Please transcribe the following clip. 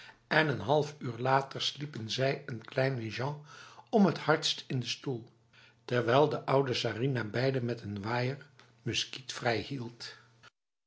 en een half uur later sliepen zij en kleine jean om t hardst in de stoel terwijl de oude sarinah beiden met een waaier muskietvrij hield